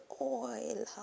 oil